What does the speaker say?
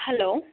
hello